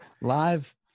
live